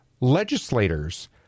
legislators